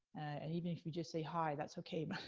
and even if you just say hi, that's okay. but